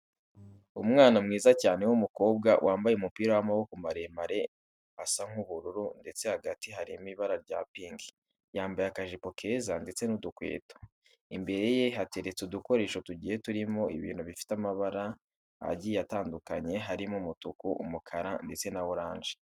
Umwana mwiza cyane w'umukobwa wambaye umupira w'amaboko maremare asa nk'ubururu ndetse hagati harimo ibara rya pinki, yambaye akajipo keza ndetse n'udukweto. Imbere ye hateretse udukoresho tugiye turimo ibintu bifite amabara agitye atandukanye harimo umutuku, umukara, ndetse na oranje.